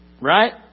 right